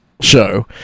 show